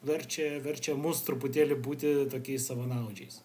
verčia verčia mus truputėlį būti tokiais savanaudžiais